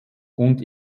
und